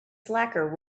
slacker